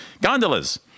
gondolas